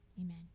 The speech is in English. amen